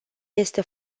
este